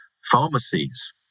pharmacies